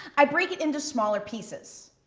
i break it into smaller pieces.